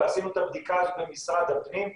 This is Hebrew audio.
ועשינו את הבדיקה הזאת במשרד הפנים,